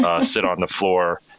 sit-on-the-floor